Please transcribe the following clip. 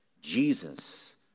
Jesus